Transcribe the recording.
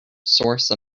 source